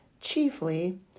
chiefly